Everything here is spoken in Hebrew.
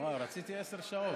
מה, רציתי עשר שעות.